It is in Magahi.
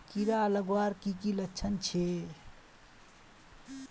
कीड़ा लगवार की की लक्षण छे?